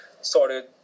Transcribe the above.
started